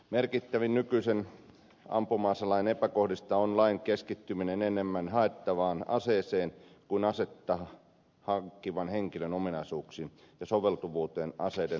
merkittävin nykyisen ampuma aselain epäkohdista on lain keskittyminen enemmän haettavaan aseeseen kuin asetta hankkivan henkilön ominaisuuksiin ja soveltuvuuteen aseiden hal lussapitoon